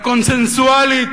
הקונסנזואלית,